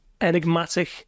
enigmatic